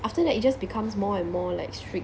after that it just becomes more and more like strict